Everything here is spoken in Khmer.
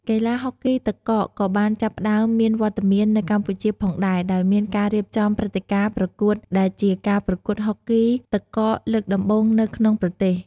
កីឡាហុកគីទឹកកកក៏បានចាប់ផ្ដើមមានវត្តមាននៅកម្ពុជាផងដែរ ដោយមានការរៀបចំព្រឹត្តិការណ៍ប្រកួត ដែលជាការប្រកួតហុកគីទឹកកកលើកដំបូងនៅក្នុងប្រទេស។